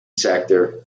sector